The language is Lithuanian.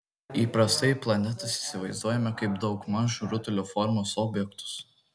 įprastai planetas įsivaizduojame kaip daugmaž rutulio formos objektus